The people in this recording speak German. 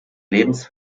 lebens